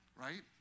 right